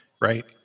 right